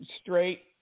straight